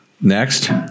Next